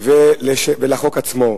ועל החוק עצמו.